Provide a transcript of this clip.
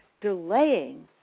delaying